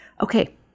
okay